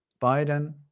Biden